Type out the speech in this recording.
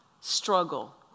struggle